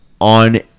on